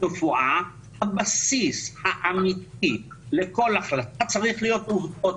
ברפואה הבסיס האמיתי לכל החלטה צריך להיות עובדות.